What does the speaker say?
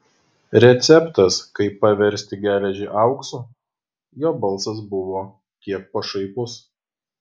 receptas kaip paversti geležį auksu jo balsas buvo kiek pašaipus